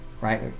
right